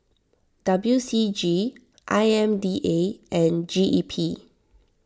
W C G I M D A and G E P